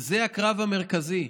זה הקרב המרכזי.